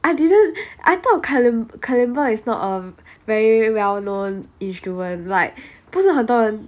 I didn't I thought kalim~ kalimba is not a very well known instrument like 不是很多人